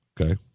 okay